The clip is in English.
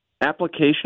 application